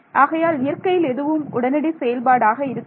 ஆகையால் இயற்கையில் எதுவும் உடனடி செயல்பாடாக இருக்காது